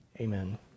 Amen